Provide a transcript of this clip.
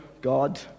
God